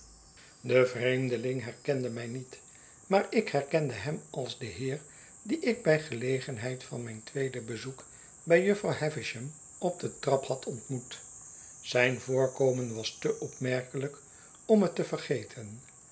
de vreemdeling herkende mij niet maar ik herkende hem als den heer dien ik bij gelegenheid van mijn tweede bezoek bij jufvrouw havisham op de trap had ontmoet zijn voorkomen was te opmerkelijk om het te vergeten